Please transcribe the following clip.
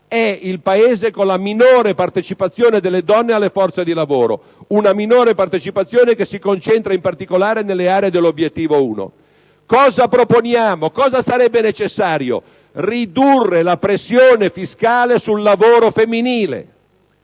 è quello con la minore partecipazione delle donne alle forze di lavoro, aspetto che si concentra in particolare nelle aree dell'Obiettivo 1. Cosa proponiamo? Cosa sarebbe necessario? Ridurre la pressione fiscale sul lavoro femminile,